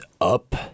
up